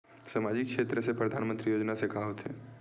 सामजिक क्षेत्र से परधानमंतरी योजना से का होथे?